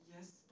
Yes